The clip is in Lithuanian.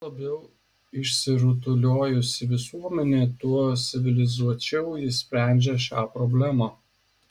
kuo labiau išsirutuliojusi visuomenė tuo civilizuočiau ji sprendžia šią problemą